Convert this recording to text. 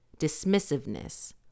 dismissiveness